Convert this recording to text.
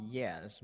yes